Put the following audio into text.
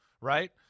right